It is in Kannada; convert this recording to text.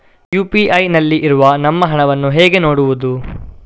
ಯು.ಪಿ.ಐ ನಲ್ಲಿ ಇರುವ ನಮ್ಮ ಹಣವನ್ನು ಹೇಗೆ ನೋಡುವುದು?